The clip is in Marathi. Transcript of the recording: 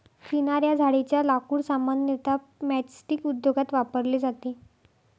चिनार या झाडेच्या लाकूड सामान्यतः मैचस्टीक उद्योगात वापरले जाते